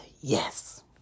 Yes